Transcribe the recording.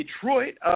Detroit